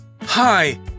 hi